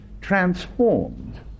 transformed